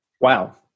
Wow